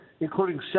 including